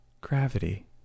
Gravity